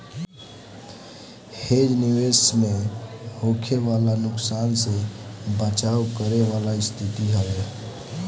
hedge निवेश में होखे वाला नुकसान से बचाव करे वाला स्थिति हवे